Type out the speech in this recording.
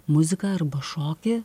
muziką arba šokį